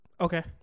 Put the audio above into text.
Okay